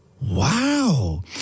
Wow